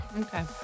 Okay